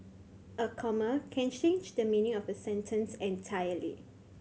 a comma can change the meaning of a sentence entirely